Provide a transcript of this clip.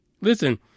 Listen